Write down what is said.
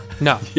No